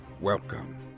Welcome